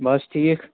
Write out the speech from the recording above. بَس ٹھیٖک